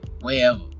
wherever